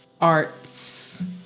arts